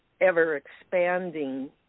ever-expanding